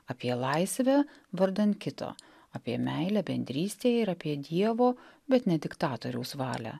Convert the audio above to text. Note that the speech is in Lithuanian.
apie laisvę vardan kito apie meilę bendrystėj ir apie dievo bet ne diktatoriaus valią